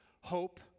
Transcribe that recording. hope